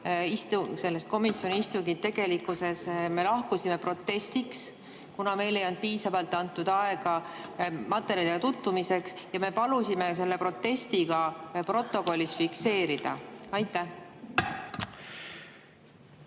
sellelt komisjoni istungilt. Tegelikkuses me lahkusime protestiks, kuna meile ei olnud piisavalt antud aega materjalidega tutvumiseks. Me palusime selle protesti ka protokollis fikseerida. Jaa,